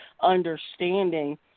understanding